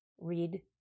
read